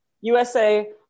USA